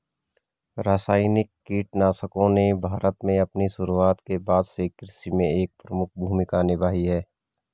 रासायनिक कीटनाशकों ने भारत में अपनी शुरूआत के बाद से कृषि में एक प्रमुख भूमिका निभाई है